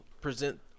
present